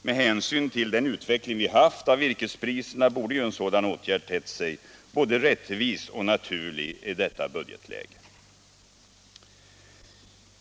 Med hänsyn till den utveckling som vi haft på virkespriserna borde ju en sådan åtgärd ha tett sig både rättvis hetsområde och naturlig i detta budgetläge.